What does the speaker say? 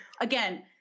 again